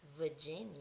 Virginia